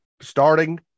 starting